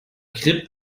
grip